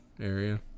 area